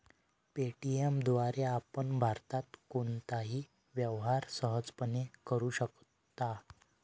Paytm द्वारे आपण भारतात कोणताही व्यवहार सहजपणे करू शकता